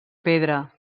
pedra